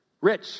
Rich